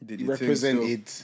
Represented